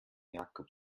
jakob